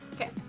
Okay